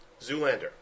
Zoolander